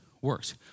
works